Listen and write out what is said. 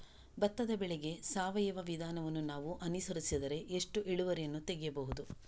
ಭತ್ತದ ಬೆಳೆಗೆ ಸಾವಯವ ವಿಧಾನವನ್ನು ನಾವು ಅನುಸರಿಸಿದರೆ ಎಷ್ಟು ಇಳುವರಿಯನ್ನು ತೆಗೆಯಬಹುದು?